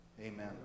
Amen